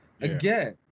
again